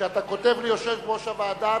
כשאתה כותב ליושב-ראש הוועדה,